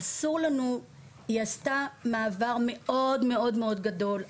היא עשתה מעבר מאוד מאוד גדול,